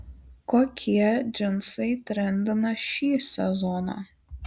kokie džinsai trendina šį sezoną